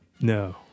No